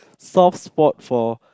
soft spot for